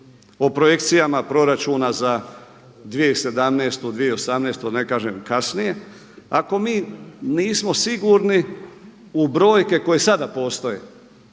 o projekcijama proračuna za 2017., 2019. da ne kažem kasnije, ako mi nismo sigurni u brojke koje sada postoje.